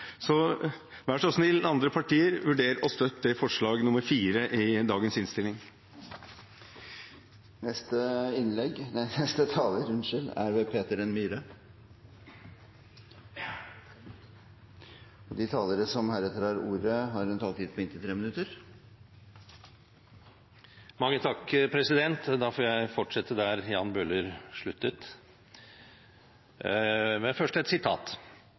Så vær så snill, andre partier – vurder å støtte forslag nr. 4 i dagens innstilling! De talere som heretter får ordet, har en taletid på inntil 3 minutter. Da får jeg fortsette der Jan Bøhler sluttet. Men først et sitat: